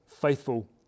faithful